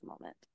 moment